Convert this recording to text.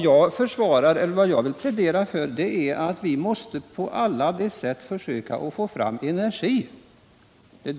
Jag försvarar emellertid inte något bolag — vad jag pläderar för är att vi på alla sätt måste försöka få fram energi.